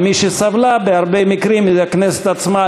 ומי שסבלה בהרבה מקרים זו הכנסת עצמה,